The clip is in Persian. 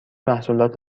محصولات